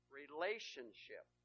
relationship